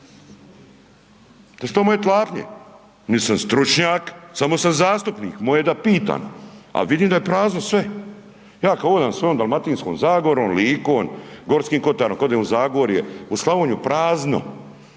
su to moje tlapnje, nit sam stručnjak, samo sam zastupnik, moje je da pitan, a vidim da je prazno sve, ja kad odam svojom Dalmatinskom Zagorom, Likom, Gorskim kotarom, kad odem u Zagorje, u Slavoniju, prazno,